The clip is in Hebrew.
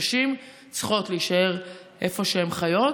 נשים צריכות להישאר איפה שהן חיות,